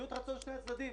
לשביעות רצון שני הצדדים,